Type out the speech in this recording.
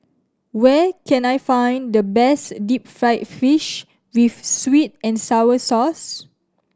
where can I find the best deep fried fish with sweet and sour sauce